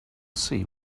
see